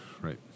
Right